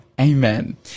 Amen